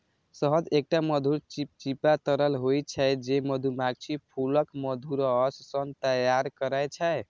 शहद एकटा मधुर, चिपचिपा तरल होइ छै, जे मधुमाछी फूलक मधुरस सं तैयार करै छै